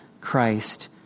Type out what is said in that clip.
Christ